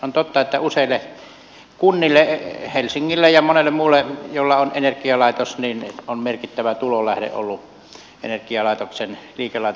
on totta että useille kunnille helsingille ja monille muille joilla on energialaitos on merkittävä tulonlähde ollut energialaitoksen liikelaitosmuoto